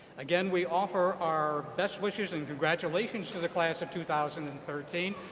again, we offer our best wishes and congratulations to the class of two thousand and thirteen.